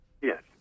Yes